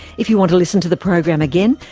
if you want to listen to the program again,